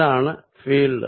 ഇതാണ് മേഖല